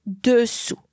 dessous